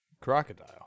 crocodile